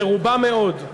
מרובה מאוד,